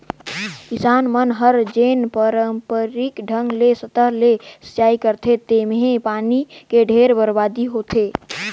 किसान मन हर जेन पांरपरिक ढंग ले सतह ले सिचई करथे तेम्हे पानी के ढेरे बरबादी होथे